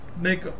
make